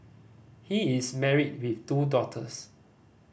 he is married with two daughters